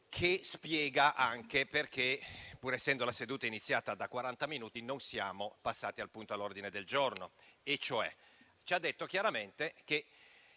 che spiega anche perché, pur essendo la seduta iniziata da quaranta minuti, non siamo passati al punto all'ordine del giorno: ci ha detto chiaramente che